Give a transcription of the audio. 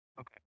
Okay